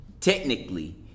technically